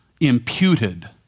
imputed